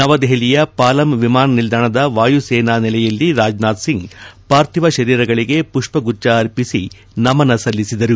ನವದೆಹಲಿಯ ಪಾಲಂ ವಿಮಾನ ನಿಲ್ಲಾಣದ ವಾಯು ಸೇನಾ ನೆಲೆಯಲ್ಲಿ ರಾಜನಾಥ್ ಸಿಂಗ್ ಪಾರ್ಥಿವ ಶರೀರಗಳಗೆ ಪುಷ್ಪಗುಚ್ಲ ಅರ್ಪಿಸಿ ನಮನ ಸಲ್ಲಿಸಿದರು